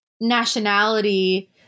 nationality